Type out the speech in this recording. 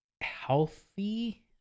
healthy